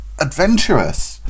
adventurous